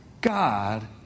God